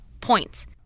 points